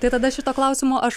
tai tada šito klausimo aš